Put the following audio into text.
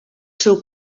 seu